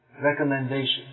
recommendation